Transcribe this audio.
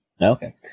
Okay